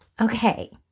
Okay